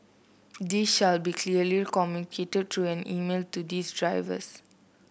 this shall be clearly communicated through an email to these drivers